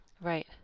Right